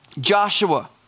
Joshua